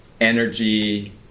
energy